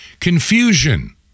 Confusion